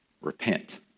Repent